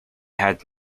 had